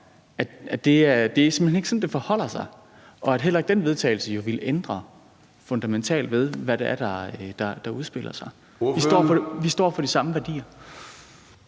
og det er simpelt hen ikke sådan, det forholder sig, og heller ikke den vedtagelse ville ændre fundamentalt ved, hvad det er, der udspiller sig. Vi står for de samme værdier.